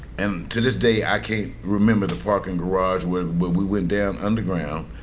and to this day i can't remember the parking garage where where we went down underground.